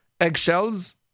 eggshells